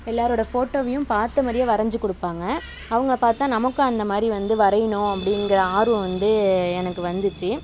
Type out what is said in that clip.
எல்லாரோடய ஃபோட்டோவையும் பார்த்த மாதிரியே வரஞ்சு கொடுப்பாங்க அவங்கள பார்த்து நமக்கும் அந்த மாதிரி வந்து வரையணும் அப்படிங்கிற ஆர்வம் வந்து எனக்கு வந்துச்சு